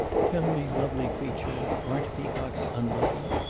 tell me, lovely creature aren't peacocks unlucky?